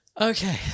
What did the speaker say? okay